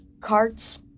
Carts